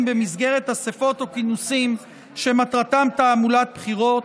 במסגרת אספות או כינוסים שמטרתם תעמולת בחירות,